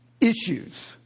issues